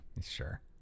Sure